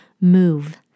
Move